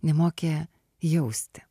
nemokė jausti